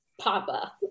papa